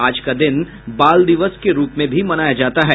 आज का दिन बाल दिवस के रूप में भी मनाया जाता है